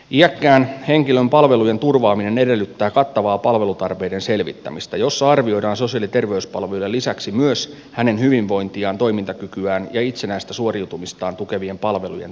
iäkkään henkilön palvelujen turvaaminen edellyttää kattavaa palvelutarpeiden selvittämistä jossa arvioidaan sosiaali ja terveyspalvelujen lisäksi myös hänen hyvinvointiaan toimintakykyään ja itsenäistä suoriutumistaan tukevien palvelujen tarve